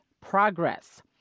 progress